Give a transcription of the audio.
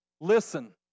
listen